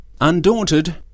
Undaunted